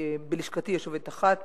בלשכתי יש עובדת אחת,